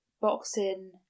boxing